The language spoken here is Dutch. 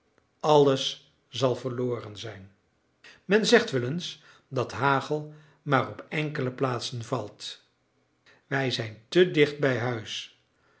alles zal verloren zijn men zegt wel eens dat hagel maar op enkele plaatsen valt wij zijn te dicht bij huis